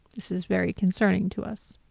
this is very concerning to us.